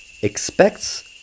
expects